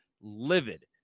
livid